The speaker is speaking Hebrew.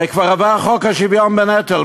הרי כבר עבר חוק השוויון בנטל.